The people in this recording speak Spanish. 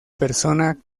persona